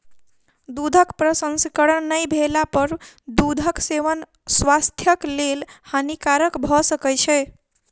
दूधक प्रसंस्करण नै भेला पर दूधक सेवन स्वास्थ्यक लेल हानिकारक भ सकै छै